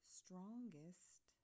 strongest